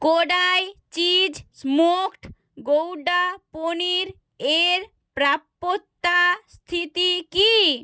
Kodai cheese smoked gouda পনির এর প্রাপ্যতা স্থিতি কী